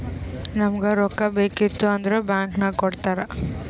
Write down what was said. ನಮುಗ್ ರೊಕ್ಕಾ ಬೇಕಿತ್ತು ಅಂದುರ್ ಬ್ಯಾಂಕ್ ನಾಗ್ ಕೊಡ್ತಾರ್